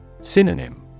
Synonym